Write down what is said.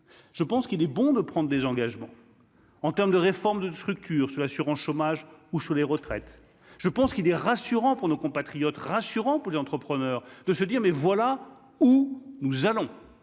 je pense qu'il est bon de prendre des engagements. En terme de réformes de structure sur l'assurance chômage ou sur les retraites, je pense qu'il est rassurant pour nos compatriotes rassurant pour les entrepreneurs, de se dire : mais voilà où nous allons,